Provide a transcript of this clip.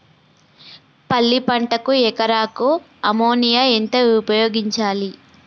పల్లి పంటకు ఎకరాకు అమోనియా ఎంత ఉపయోగించాలి?